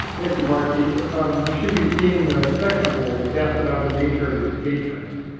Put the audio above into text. thank you, marci. um you should be seeing the second poll which asks about the nature of your patrons.